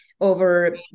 over